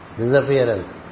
disappearance